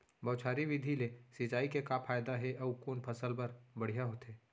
बौछारी विधि ले सिंचाई के का फायदा हे अऊ कोन फसल बर बढ़िया होथे?